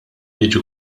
jiġu